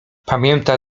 pamięta